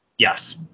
Yes